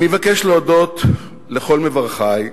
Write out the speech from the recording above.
אני מבקש להודות לכל מברכי.